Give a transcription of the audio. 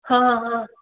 हाँ हाँ